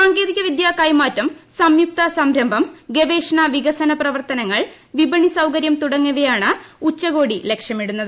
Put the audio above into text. സാങ്കേതികവിദ്യാ കൈമാറ്റം സംയുക്ത സംരംഭം ഗവേഷണ വികസന പ്രവർത്തനങ്ങൾ വിപണി സൌകര്യം തുടങ്ങിയവയാണ് ഉച്ചകോടി ലക്ഷ്യമിടുന്നത്